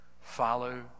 Follow